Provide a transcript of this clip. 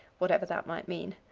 whatever that might mean.